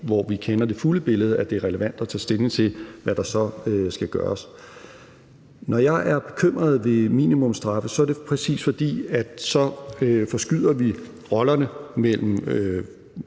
hvor vi kender det fulde billede, at det er relevant at tage stilling til, hvad der så skal gøres. Når jeg er bekymret over minimumsstraffe er det jo, præcis fordi vi så forskyder rollerne mellem